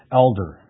elder